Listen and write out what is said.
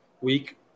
week